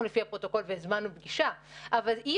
הלכנו לפי הפרוטוקול והזמנו פגישה אבל אי